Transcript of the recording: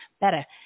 better